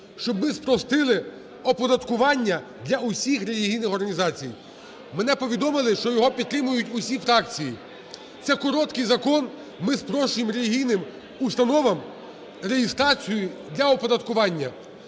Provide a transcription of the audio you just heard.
щоб ми спростили оподаткування для усіх релігійних організацій. Мене повідомили, що його підтримують усі фракції. Це короткий закон, ми спрощуємо релігійним установам реєстрацію для оподаткування.